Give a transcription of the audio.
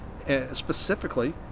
specifically